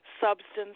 substance